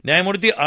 न्यायमूर्ती आर